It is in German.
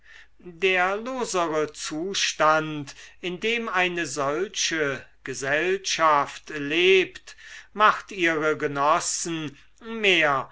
der losere zustand in dem eine solche gesellschaft lebt macht ihre genossen mehr